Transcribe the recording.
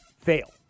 fail